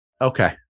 Okay